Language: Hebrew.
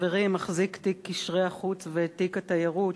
חברי מחזיק תיק קשרי החוץ ותיק התיירות,